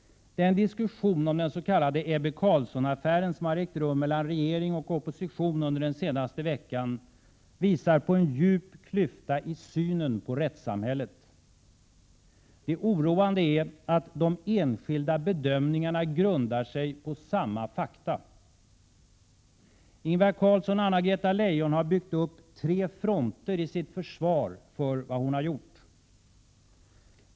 Den diskussion om den s.k. Ebbe Carlsson-affären som har ägt rum mellan regering och opposition under den senaste veckan visar på en djup klyfta i synen på rättssamhället. Det oroande är att de skilda bedömningarna grundar sig på samma fakta. Ingvar Carlsson och Anna-Greta Leijon har byggt upp tre fronter i sitt försvar för vad hon har gjort.